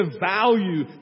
value